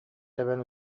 тэбэн